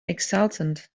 exultant